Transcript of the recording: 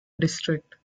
district